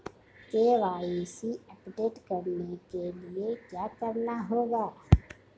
KYC update करने के लिए क्या करना होगा?